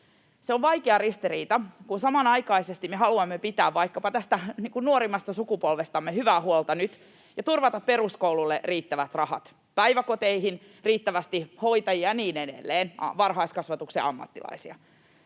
se on vaikea ristiriita, kun samanaikaisesti me haluamme pitää vaikkapa nuorimmasta sukupolvestamme hyvää huolta nyt ja turvata peruskoululle riittävät rahat, päiväkoteihin riittävästi hoitajia ja niin edelleen, varhaiskasvatuksen ammattilaisia,